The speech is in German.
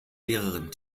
lehrerin